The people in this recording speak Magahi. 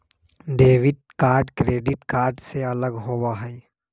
डेबिट कार्ड क्रेडिट कार्ड से अलग होबा हई